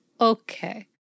Okay